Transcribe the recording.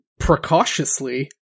precautiously